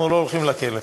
אנחנו לא הולכים לכלא.